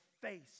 face